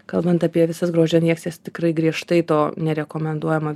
kalbant apie visas grožio injekcijas tikrai griežtai to nerekomenduojama